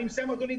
אני מסיים אדוני.